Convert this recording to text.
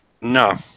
No